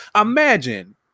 imagine